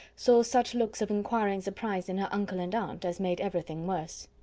so such looks of inquiring surprise in her uncle and aunt as made everything worse.